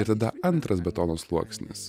ir tada antras betono sluoksnis